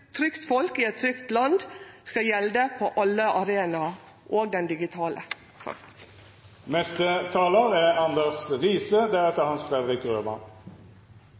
trygt folk i eit trygt land skal gjelde på alle arenaer – òg den digitale. Dette er